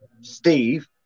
Steve